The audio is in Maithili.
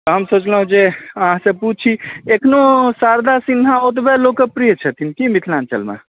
तऽ हम सोचलहुँ जे अहाँसँ पूछी एखनहु शारदा सिन्हा ओतबे लोकप्रिय छथिन की मिथिलाञ्चलमे